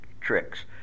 tricks